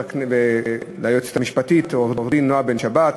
ליועצת המשפטית, עורכת-הדין נועה בן-שבת,